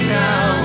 now